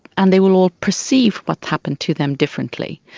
and they will all perceive what's happened to them differently.